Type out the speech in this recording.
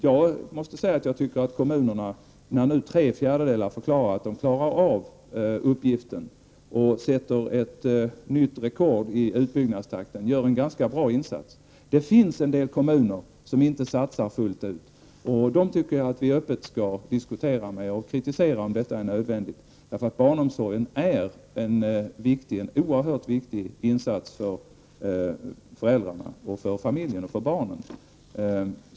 Jag anser att kommunerna, när nu tre fjärdedelar förklarat att de klarar av uppgiften och sätter nytt rekord i utbyggnadstakten, gör en ganska bra insats. Det finns en del kommuner som inte satsar fullt ut. De borde vi öppet diskutera med, och kritisera om det är nödvändigt. Barnomsorgen är en oerhört viktig insats för föräldrarna, för familjerna och för barnen.